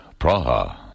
Praha